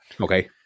Okay